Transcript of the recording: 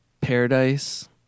Paradise